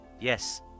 Yes